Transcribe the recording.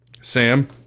Sam